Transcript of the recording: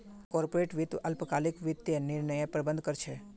corporate वित्त अल्पकालिक वित्तीय निर्णयर प्रबंधन कर छे